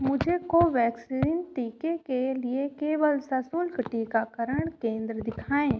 मुझे कोवैक्सीन टीके के लिए केवल सशुल्क टीकाकरण केंद्र दिखाएँ